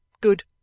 Good